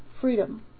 freedom